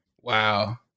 Wow